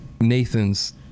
Nathan's